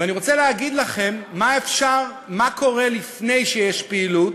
ואני רוצה להגיד לכם מה קורה לפני שיש פעילות